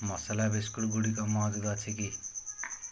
ମସଲା ବିସ୍କୁଟ ଗୁଡ଼ିକ ମହଜୁଦ ଅଛି କି